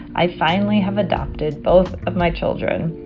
i finally have adopted both of my children.